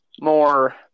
more